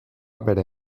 bere